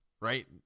right